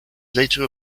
later